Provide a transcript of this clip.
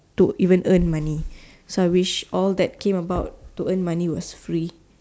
to even earn money so I wish all that came about to earn money was free